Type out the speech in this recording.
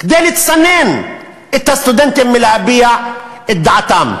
כדי לצנן את הסטודנטים מלהביע את דעתם.